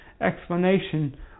explanation